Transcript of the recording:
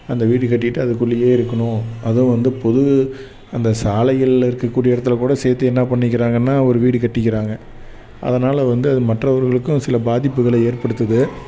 அந்த வீடு கட்டிட்டு அதுக்குள்ளேயே இருக்கணும் அதுவும் வந்து பொது அந்த சாலைகளில் இருக்கக்கூடிய இடத்துலக்கூட சேர்த்து என்ன பண்ணிக்கிறாங்கன்னால் ஒரு வீடு கட்டிக்கிறாங்க அதனால வந்து அது மற்றவர்களுக்கும் சில பாதிப்புகளை ஏற்படுத்துது